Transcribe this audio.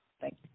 Thank